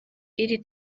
iri